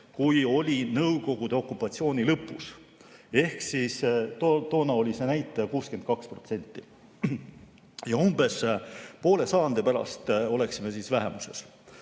kui oli Nõukogude okupatsiooni lõpus. Toona oli see näitaja 62%. Ja umbes poole sajandi pärast oleksime vähemuses.